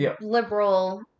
liberal